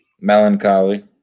melancholy